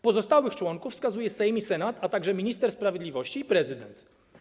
Pozostałych członków wskazuje Sejm i Senat, a także minister sprawiedliwości i prezydent.